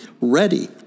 ready